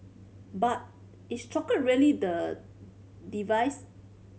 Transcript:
but is chocolate really the device